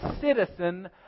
citizen